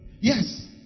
Yes